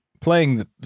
Playing